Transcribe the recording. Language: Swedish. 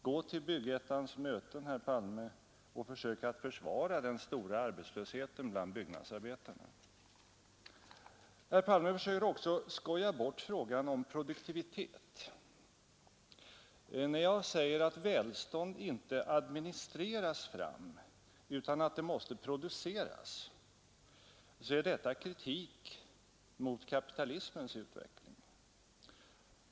Gå till Byggettans möten, herr Palme, och försök försvara den stora arbetslösheten bland byggnadsarbetarna! Herr Palme försökte också skoja bort frågan om produktiviteten. När jag säger att välstånd inte administreras fram utan att det måste produceras, är detta en kritik mot kapitalismens utveckling.